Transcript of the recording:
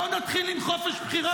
בוא נתחיל עם חופש בחירה בנישואין.